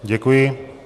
Děkuji.